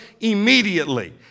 immediately